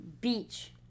Beach